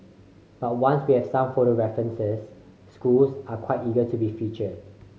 but once we have some photo references schools are quite eager to be featured